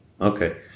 Okay